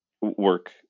work